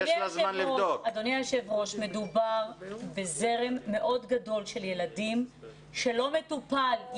אדוני היו"ר מדובר בזרם מאוד גדול של ילדים שלא מטופל.